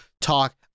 talk